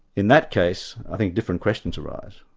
in that case, i think different questions arise,